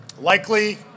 Likely